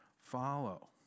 follow